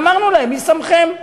ואמרנו להם: מי שמכם?